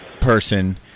person